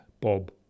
Bob